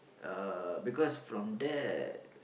uh because from there